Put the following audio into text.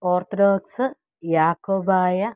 orthodox Yakobaya